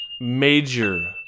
Major